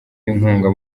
inkunga